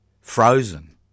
frozen